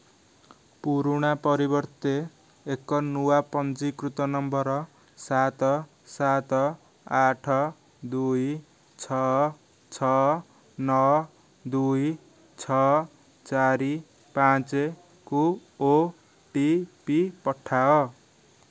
ପୁରୁଣା ପରିବର୍ତ୍ତେ ଏକ ନୂଆ ପଞ୍ଜୀକୃତ ନମ୍ବର ସାତ ସାତ ଆଠ ଦୁଇ ଛଅ ଛଅ ନଅ ଦୁଇ ଛଅ ଚାରି ପାଞ୍ଚକୁ ଓ ଟି ପି ପଠାଅ